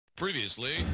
Previously